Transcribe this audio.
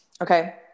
Okay